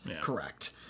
correct